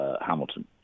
Hamilton